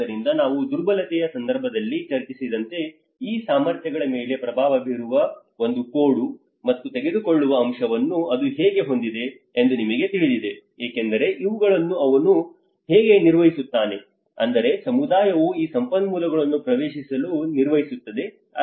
ಆದ್ದರಿಂದ ನಾವು ದುರ್ಬಲತೆಯ ಸಂದರ್ಭದಲ್ಲಿ ಚರ್ಚಿಸಿದಂತೆ ಈ ಸಾಮರ್ಥ್ಯಗಳ ಮೇಲೆ ಪ್ರಭಾವ ಬೀರುವ ಒಂದು ಕೊಡು ಮತ್ತು ತೆಗೆದುಕೊಳ್ಳುವ ಅಂಶವನ್ನು ಅದು ಹೇಗೆ ಹೊಂದಿದೆ ಎಂದು ನಿಮಗೆ ತಿಳಿದಿದೆ ಏಕೆಂದರೆ ಇವುಗಳನ್ನು ಅವನು ಹೇಗೆ ನಿರ್ವಹಿಸುತ್ತಾನೆ ಅಂದರೆ ಸಮುದಾಯವು ಈ ಸಂಪನ್ಮೂಲಗಳನ್ನು ಪ್ರವೇಶಿಸಲು ನಿರ್ವಹಿಸುತ್ತದೆ